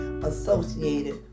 associated